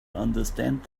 understand